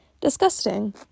disgusting